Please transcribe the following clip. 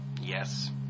Yes